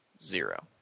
Zero